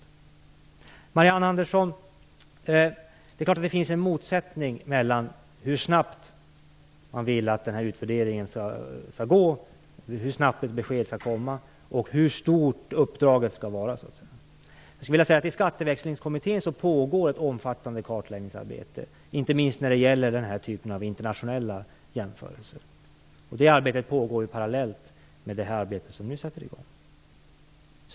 Till Marianne Andersson vill jag säga att det är klart att det finns en motsättning mellan hur snabbt man vill att utvärderingen skall gå, hur snabbt ett besked skall komma och hur stort uppdraget skall vara. I Skatteväxlingskommittén pågår ett omfattande kartläggningsarbete, inte minst när det gäller den här typen av internationella jämförelser. Det arbetet pågår parallellt med det arbete som nu sätter i gång.